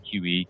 QE